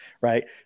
right